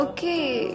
Okay